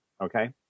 Okay